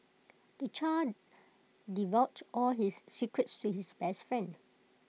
the child divulged all his secrets to his best friend